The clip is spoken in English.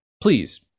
Please